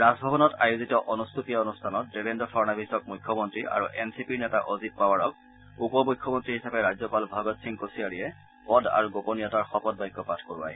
ৰাজভৱনত আয়োজিত অনুষ্টুপীয়া অনুষ্ঠানত দেৱেদ্ৰ ফাড়নৱিছক মুখ্যমন্ত্ৰী আৰু এন চি পিৰ নেতা অজিত পাৱাৰক উপ মুখ্যমন্ত্ৰী হিচাপে ৰাজ্যপাল ভগতসিং কোছিয়াৰীয়ে পদ আৰু গোপনীয়তাৰ শপতবাক্য পাঠ কৰোৱায়